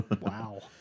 Wow